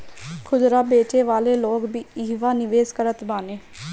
खुदरा बेचे वाला लोग भी इहवा निवेश करत बाने